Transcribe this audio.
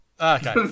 Okay